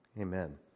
Amen